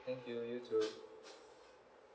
thank you you too